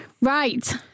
Right